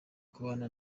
kubana